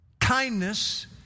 kindness